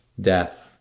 death